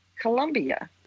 Colombia